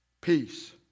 peace